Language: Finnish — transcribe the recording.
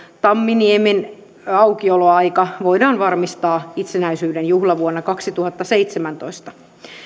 tamminiemen aukioloaika voidaan varmistaa itsenäisyyden juhlavuonna kaksituhattaseitsemäntoista